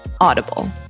Audible